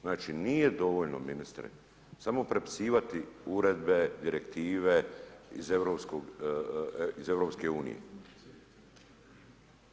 Znači nije dovoljno ministre, samo prepisivati uredbe, direktive iz EU-a.